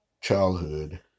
childhood